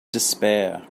despair